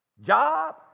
job